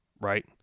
right